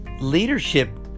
Leadership